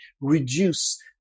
reduce